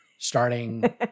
Starting